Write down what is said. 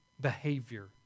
behavior